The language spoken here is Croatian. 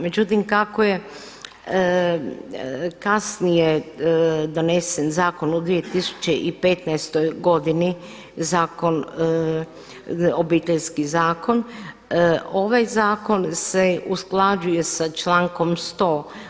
Međutim kako je kasnije donesen zakon u 2015. godini Obiteljski zakon, ovaj zakon se usklađuje sa člankom 100.